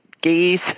geese